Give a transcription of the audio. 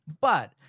but-